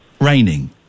raining